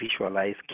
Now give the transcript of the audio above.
visualize